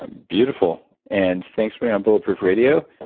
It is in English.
ah beautiful and thanks for being on bulletproof radio